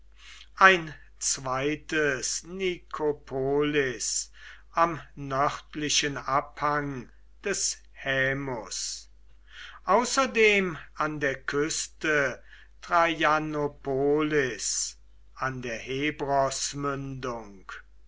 ein zweites nikopolis am nördlichen abhang des helms außerdem an der küste traianopolis an der